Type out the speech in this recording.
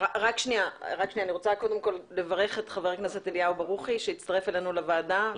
אני רוצה לברך את ח"כ אליהו ברוכי שהצטרף אלינו לוועדה.